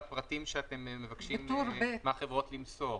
אני מסתכל על הפרטים שאתם מבקשים מהחברות למסור.